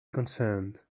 concerned